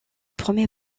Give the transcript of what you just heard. premier